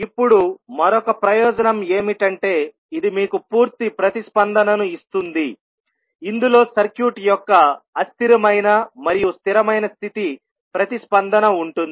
ఇప్పుడు మరొక ప్రయోజనం ఏమిటంటే ఇది మీకు పూర్తి ప్రతిస్పందనను ఇస్తుంది ఇందులో సర్క్యూట్ యొక్క అస్థిరమైన మరియు స్థిరమైన స్థితి ప్రతిస్పందన ఉంటుంది